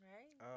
Right